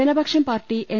Janapaksham party N